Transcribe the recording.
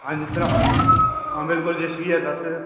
आं जी सर बिलकुल जेसीबी ऐ साढ़े कोल